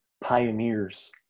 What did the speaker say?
pioneers